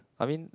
I mean